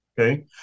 okay